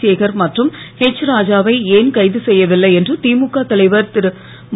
சேகர் மற்றும் பாஜாவை ஏன் கைது செய்யவில்லை என்று திமுக தலைவர் மு